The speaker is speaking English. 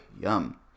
yum